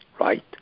right